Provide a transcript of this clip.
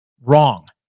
Wrong